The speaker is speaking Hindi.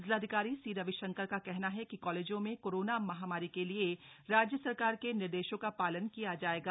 जिलाधिकारी सी रविशंकर का कहना है कि कॉलेजों में कोरोना महामारी के लिए राज्य सरकार के निर्देशों का पालन किया जाएगा